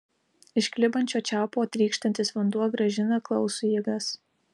iš klibančio čiaupo trykštantis vanduo grąžina klausui jėgas